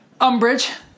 Umbridge